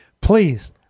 Please